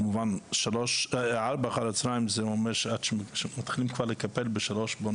כמובן 16:00 זה אומר שמתחילים לקפל כבר ב-15:00,